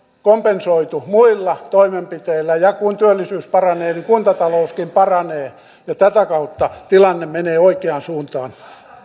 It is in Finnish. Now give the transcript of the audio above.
kompensoitu muilla toimenpiteillä ja kun työllisyys paranee niin kuntatalouskin paranee ja tätä kautta tilanne menee oikeaan suuntaan nyt siirrytään